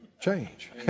Change